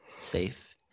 safe